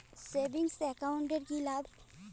Savings account এর কি লাভ?